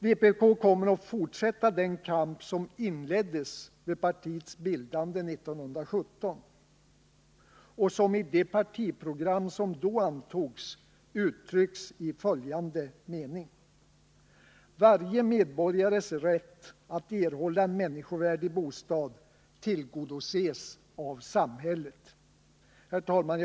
Vpk kommer att fortsätta den kamp som inleddes vid partiets bildande 1917 och som i det partiprogram som då antogs uttrycks i följande mening: ”Varje medborgares rätt att erhålla en människovärdig bostad tillgodoses av samhället.” Herr talman!